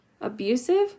abusive